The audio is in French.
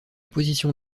position